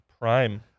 prime